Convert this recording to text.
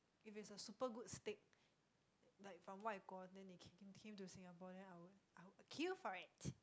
if it's a super good steak like from what Gordon they he came to Singapore then I would I would queue for it